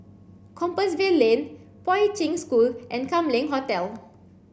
Compassvale Lane Poi Ching School and Kam Leng Hotel